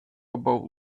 about